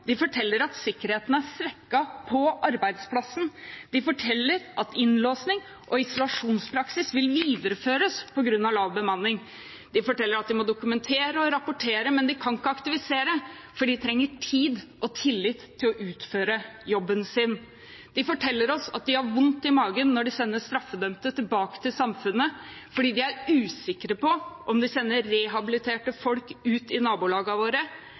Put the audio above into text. De forteller at sikkerheten er svekket på arbeidsplassen, de forteller at innlåsing og isolasjonspraksis vil videreføres på grunn av lav bemanning. De forteller at de må dokumentere og rapportere, men de kan ikke aktivisere, for de trenger tid og tillit til å utføre jobben sin. De forteller oss at de har vondt i magen når de sender straffedømte tilbake til samfunnet, fordi de er usikre på om de sender rehabiliterte folk ut i nabolagene våre,